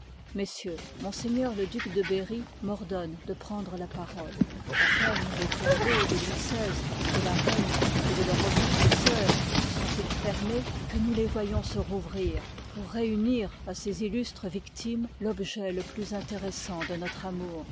messieurs m le duc de beny m'ordonne de prendre la parole a peine les tombeaux de louis xvi de la reine et de leur auguste sœur se sont-ils fermés que nous les voyons se rouvrir pour peu nir à ces illustres victimes l'objet le plus intéressant de notre amour